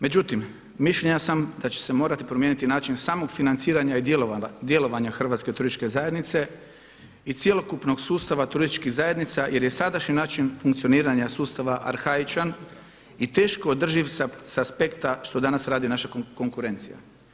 Međutim, mišljenja sam da će se morati promijeniti i način samog financiranja i djelovanja Hrvatske turističke zajednice i cjelokupnog sustava turističkih zajednica jer je sadašnji način funkcioniranja sustava arhaičan i teško održiv sa aspekta što danas radi naša konkurencija.